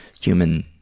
human